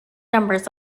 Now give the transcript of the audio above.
numbers